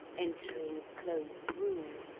entering closed rooms,